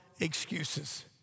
excuses